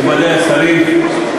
מכובדי השרים,